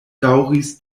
daŭris